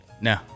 No